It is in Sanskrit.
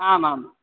आमाम्